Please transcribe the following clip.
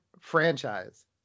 franchise